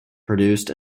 produced